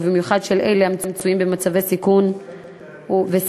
ובמיוחד של אלה המצויים במצבי סיכון וסכנה.